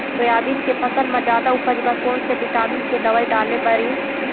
Soybean के फसल म जादा उपज बर कोन से विटामिन के दवई डाले बर ये?